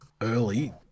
early